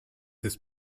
this